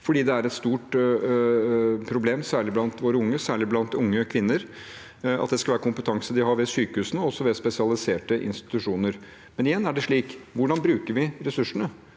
blant våre unge, særlig blant unge kvinner – og at det skal være kompetanse de har ved sykehusene og ved spesialiserte institusjoner. Men igjen er det slik: Hvordan bruker vi ressursene?